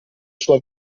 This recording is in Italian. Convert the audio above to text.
sua